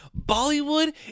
Bollywood